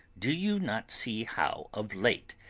do you not see how, of late,